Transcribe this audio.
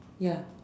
ya